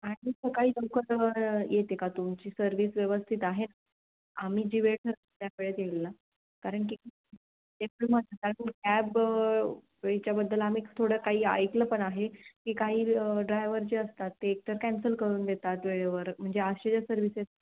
आणि सकाळी लवकर येते का तुमची सर्व्हिस व्यवस्थित आहे आम्ही जी वेळ ठरवू त्या वेळेत येईल ना कारण की कॅब याच्याबद्दल आम्ही थोडं काही ऐकलं पण आहे की काही ड्रायवर जे असतात ते एकतर कॅन्सल करून देतात वेळेवर म्हणजे असे जे सर्व्हिसेस